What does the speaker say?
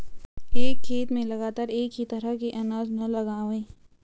एक खेत में लगातार एक ही तरह के अनाज न लगावें